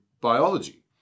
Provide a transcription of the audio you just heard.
biology